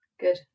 good